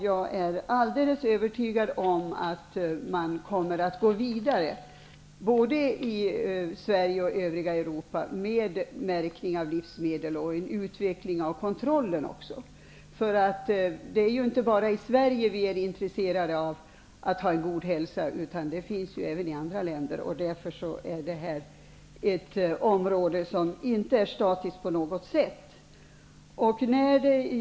Jag är alldeles övertygad om att man både i Sverige och i övriga Europa kommer att gå vidare med märkningen av livsmedel och också med en utveckling av kontrollen. Det är ju inte bara i Sverige som vi är intresserade av att ha en god hälsa, utan det intresset finns också i andra länder. Detta område är därför inte på något sätt statiskt.